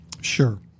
Sure